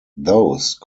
those